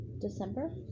December